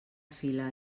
fila